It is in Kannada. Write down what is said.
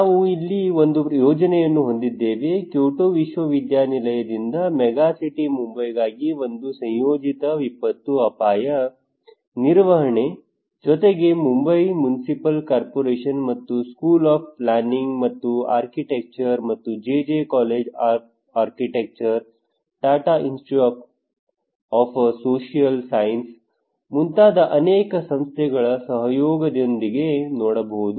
ನಾವು ಅಲ್ಲಿ ಒಂದು ಯೋಜನೆಯನ್ನು ಹೊಂದಿದ್ದೇವೆ ಕ್ಯೋಟೋ ವಿಶ್ವವಿದ್ಯಾನಿಲಯದಿಂದ ಮೆಗಾಸಿಟಿ ಮುಂಬೈಗಾಗಿ ಒಂದು ಸಂಯೋಜಿತ ವಿಪತ್ತು ಅಪಾಯ ನಿರ್ವಹಣೆ ಜೊತೆಗೆ ಮುಂಬೈನ ಮುನ್ಸಿಪಲ್ ಕಾರ್ಪೊರೇಶನ್ ಮತ್ತು ಸ್ಕೂಲ್ ಆಫ್ ಪ್ಲಾನಿಂಗ್ ಮತ್ತು ಆರ್ಕಿಟೆಕ್ಚರ್ ಮತ್ತು JJ college of architecture Tata institute of social science ಮುಂತಾದ ಅನೇಕ ಸಂಸ್ಥೆಗಳ ಸಹಯೋಗದೊಂದಿಗೆ ನೋಡಬಹುದು